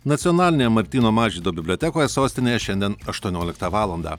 nacionalinėje martyno mažvydo bibliotekoje sostinėje šiandien aštuonioliktą valandą